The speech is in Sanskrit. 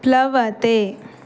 प्लवते